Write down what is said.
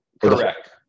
Correct